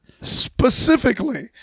specifically